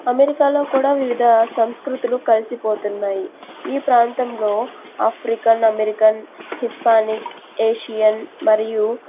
అమెరికాలో కూడా వివిధ సంస్కృతులు కలిసిపోతున్నాయి ఈ ప్రాంతంలో ఆఫ్రికన్ అమెరికన్ హిస్పానిక్ ఏషియన్ మరియు